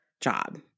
job